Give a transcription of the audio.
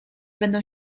będą